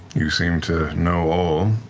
you seem to know all.